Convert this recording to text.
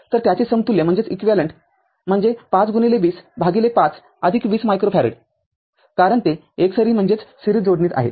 तरत्याचे समतुल्य म्हणजे ५२० भागिले ५ २०मायक्रोफॅरड कारण ते एकसरी जोडणीत आहेत